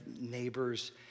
neighbors